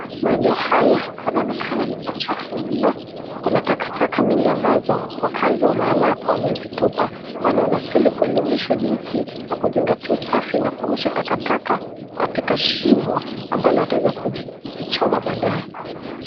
Maeneo haya panaonekana ni pachafu mno kuna takataka mingi ambazo wakaazi wa mahala hapa wamezitupa kwani wanastahili kuelimishwa jinsi ya kuzingatia usafi na kurusha takataka katika shimo ambalo wataeza kuzichoma baadaye.